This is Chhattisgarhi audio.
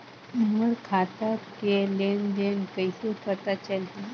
मोर खाता के लेन देन कइसे पता चलही?